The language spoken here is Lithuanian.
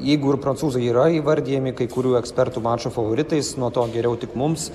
jeigu ir prancūzai yra įvardijami kai kurių ekspertų mačo favoritais nuo to geriau tik mums